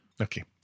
Okay